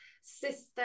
system